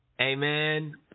amen